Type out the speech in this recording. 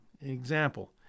Example